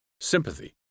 sympathy